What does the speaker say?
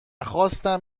خواستم